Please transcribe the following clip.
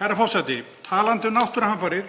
Herra forseti. Talandi um náttúruhamfarir